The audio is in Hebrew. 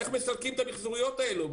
איך מסלקים את המיחזוריות האלה?